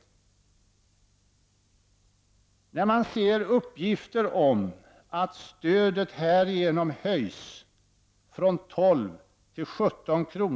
När man ser uppgifter om att stödet härigenom höjs från 12 till 17 kr.